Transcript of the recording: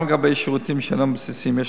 גם לגבי שירותים שאינם בסיסיים יש